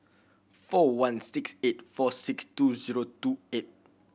four one six eight four six two zero two eight